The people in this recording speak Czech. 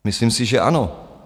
Myslím si, že ano.